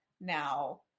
now